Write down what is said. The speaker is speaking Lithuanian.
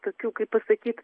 tokių kaip pasakyt